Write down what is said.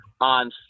on